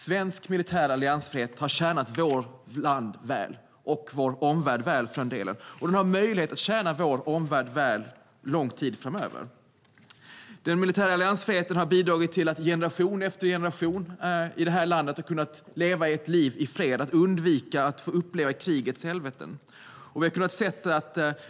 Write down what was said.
Svensk militär alliansfrihet har tjänat vårt land och vår omvärld väl och har möjlighet att tjäna vår omvärld väl under lång tid framöver. Den militära alliansfriheten har bidragit till att generation efter generation i det här landet har kunnat leva i fred och undvika krigets helvete.